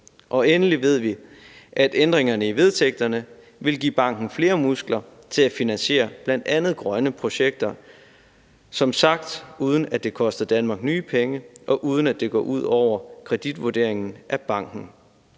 og endelig ved vi, at ændringerne i vedtægterne vil give banken flere muskler til at finansiere bl.a. grønne projekter, uden at det som sagt kommer til at koste Danmark nye penge, og uden at det går ud over kreditvurderingen af banken.